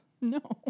No